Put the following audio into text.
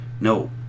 No